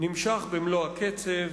נמשך במלוא הקצב,